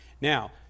Now